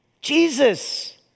Jesus